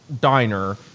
diner